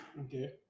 Okay